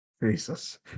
Jesus